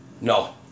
No